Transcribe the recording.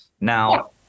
Now